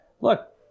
Look